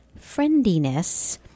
friendiness